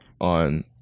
on